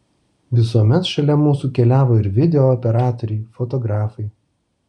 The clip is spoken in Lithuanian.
visuomet šalia mūsų keliavo ir video operatoriai fotografai